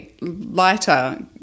lighter